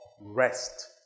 rest